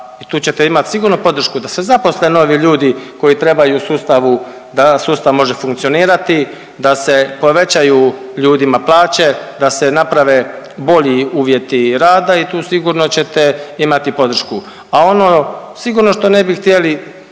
tu ćete imat sigurno podršku da se zaposle novi ljudi koji trebaju sustavu da sustav može funkcionirati, da se povećaju ljudima plaće, da se naprave bolji uvjeti rada i tu sigurno ćete imati podršku. A ono sigurno što ne bi htjeli,